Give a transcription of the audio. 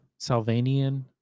Salvanian